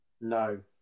No